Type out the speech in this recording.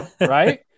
right